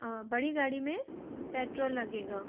बड़ी गाड़ी में पेट्रोल लगेगा